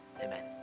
Amen